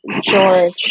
George